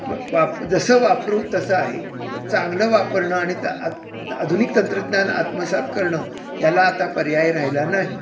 म वाप जसं वापरू तसं आहे तर चांगलं वापरणं आणि त आधुनिक तंत्रज्ञान आत्मसात करणं याला आता पर्याय राहिला नाही